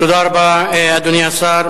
תודה רבה, אדוני השר.